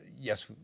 yes